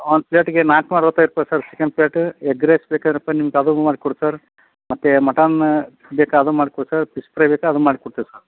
ಒಂದು ಪ್ಲೇಟಿಗೆ ನಾನೂರ ಅರವತ್ತೈದು ರೂಪಾಯಿ sir chicken plate egg rice ಬೇಕೇನಪ್ಪಾ ನಿಮ್ಗೆ ಅದೂ ಮಾಡ್ಕೊಡ್ತ್ ಸರ್ ಮತ್ತು ಮಟನ್ ಬೇಕಾ ಅದೂ ಮಾಡ್ಕೊಡ್ತ್ ಸರ್ ಫಿಶ್ ಫ್ರೈ ಬೇಕಾ ಅದನ್ ಮಾಡಿಕೊಡ್ತೇವೆ ಸರ್